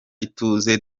ituze